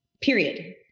period